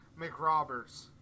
McRoberts